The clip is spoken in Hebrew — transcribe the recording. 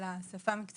אלא שפה מקצועית.